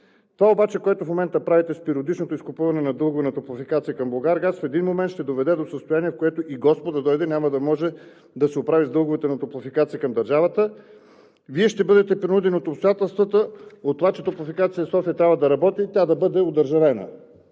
Това обаче, което в момента правите с периодичното изкупуване на дългове на „Топлофикация“ към „Булгаргаз“, в един момент ще доведе до състояние, в което и Господ да дойде, няма да може да се оправи с дълговете на „Топлофикация“ към държавата. Вие ще бъдете принудени от обстоятелствата, от това, че „Топлофикация София“ трябва да работи, тя да бъде одържавена